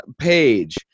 Page